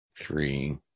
three